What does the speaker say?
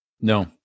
No